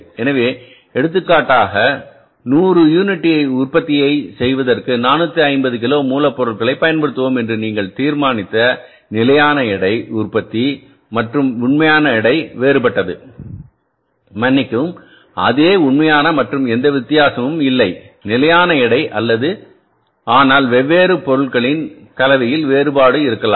எனவே எடுத்துக்காட்டாக 100 யூனிட் உற்பத்தியை செய்வதற்கு 450 கிலோ மூலப்பொருளைப் பயன்படுத்துவோம் என்று நாங்கள் தீர்மானித்த நிலையான எடை உற்பத்திமற்றும் உண்மையான எடை வேறுபட்டது மன்னிக்கவும் அதே உண்மையான மற்றும் எந்த வித்தியாசமும் இல்லை நிலையான எடை ஆனால்வெவ்வேறு பொருட்களின் கலவையில் வேறுபாடு இருக்கலாம்